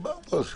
דיברנו על זה.